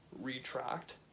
retract